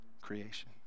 creation